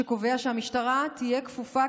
שקובע שהמשטרה תהיה כפופה,